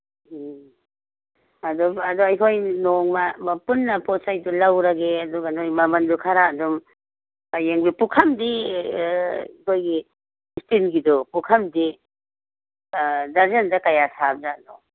ꯎꯝ ꯑꯗꯨꯝ ꯑꯗꯣ ꯑꯩꯈꯣꯏ ꯅꯣꯡꯃ ꯄꯨꯟꯅ ꯄꯣꯠ ꯆꯩꯗꯣ ꯂꯧꯔꯒꯦ ꯑꯗꯨ ꯅꯣꯏ ꯃꯃꯜꯁꯨ ꯈꯔ ꯑꯗꯨꯝ ꯌꯦꯡꯕꯤꯌꯨ ꯄꯨꯈꯝꯗꯤ ꯑꯩꯈꯣꯏꯒꯤ ꯏꯁꯇꯤꯜꯒꯤꯗꯣ ꯄꯨꯈꯝꯗꯤ ꯗ꯭ꯔꯖꯟꯗ ꯀꯌꯥ ꯁꯥꯕ ꯖꯥꯠꯅꯣ